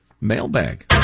Mailbag